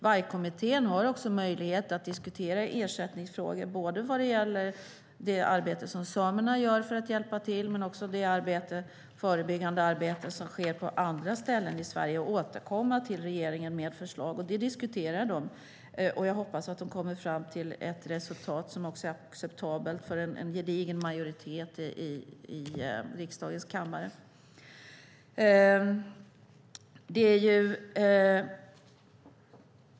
Vargkommittén har möjlighet att diskutera ersättningsfrågor både när det gäller det arbete som samerna gör för att hjälpa till och det förebyggande arbete som sker på andra ställen i Sverige. Det är något som man diskuterar, och man ska återkomma till regeringen med ett förslag. Jag hoppas att man kommer fram till ett resultat som är acceptabelt för en gedigen majoritet i riksdagens kammare.